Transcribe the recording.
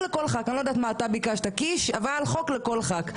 אני לא יודעת מה אתה ביקשת, קיש, אבל חוק לכל ח"כ.